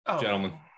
gentlemen